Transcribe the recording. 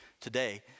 today